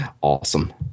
awesome